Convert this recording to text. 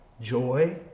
Joy